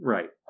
Right